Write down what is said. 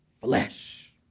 flesh